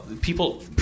people